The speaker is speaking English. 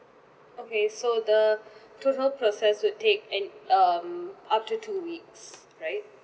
okay so the total process would take an um up to two weeks right